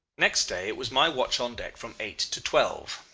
next day it was my watch on deck from eight to twelve.